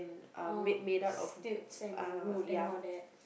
orh stilts and wood and all that